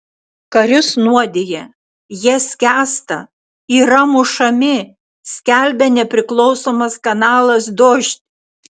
karius nuodija jie skęsta yra mušami skelbia nepriklausomas kanalas dožd